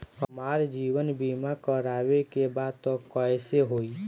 हमार जीवन बीमा करवावे के बा त कैसे होई?